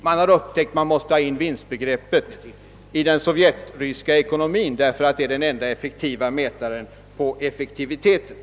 Man har upptäckt att man måste ha in vinstbegreppet i den sovjetryska ekonomin, eftersom det är den enda riktiga mätaren på effektivitet.